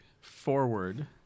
Forward